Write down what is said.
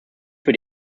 für